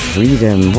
Freedom